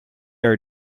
are